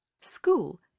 School